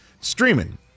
streaming